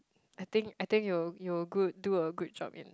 I think I think you'll you'll good do a good job in